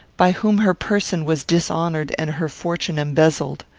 by whom her person was dishonoured and her fortune embezzled.